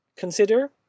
Consider